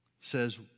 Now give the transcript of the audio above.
says